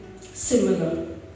Similar